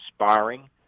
inspiring